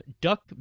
duck